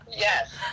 yes